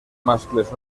mascles